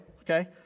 Okay